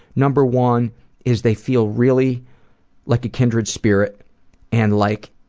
number one is they feel really like a kindred spirit and like,